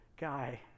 guy